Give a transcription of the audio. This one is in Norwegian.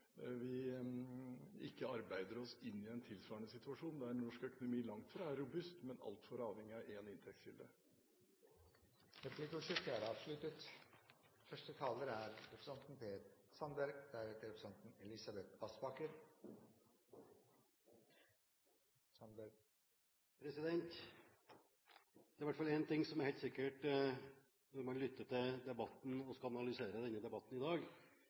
vi ikke arbeider oss inn i en tilsvarende situasjon der norsk økonomi langt fra er robust, men altfor avhengig av én inntektskilde. Replikkordskiftet er avsluttet. Det er i hvert fall én ting som er helt sikkert: Når man lytter til debatten, og skal analysere den i dag,